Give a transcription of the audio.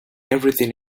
everything